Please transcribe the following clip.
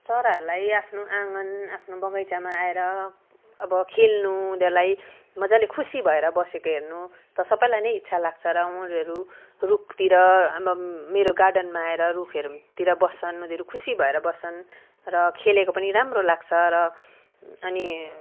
चराहरूलाई आफ्नो आँगन आफ्नो बगैँचामा आएर अब खेल्नु उनीहरूलाई मजाले खुसी भएर बसेको हेर्नु त सबलाई नै इच्छा लाग्छ र मयुरहरू रुखतिर आमामा मेरो गार्डनमा आएर रुखहरूतिर बस्छन् उनीहरू खुसी भएर बस्छन् र खेलेको पनि राम्रो लाग्छ र अनि